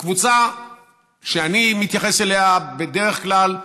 הקבוצה שאני מתייחס אליה בדרך כלל,